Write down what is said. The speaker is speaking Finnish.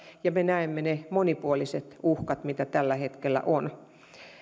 ja me näemme ne monipuoliset uhkat mitä tällä hetkellä on